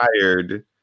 tired